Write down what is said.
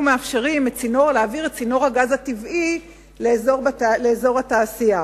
מאפשרים להעביר את צינור הגז הטבעי לאזור התעשייה.